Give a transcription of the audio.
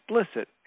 explicit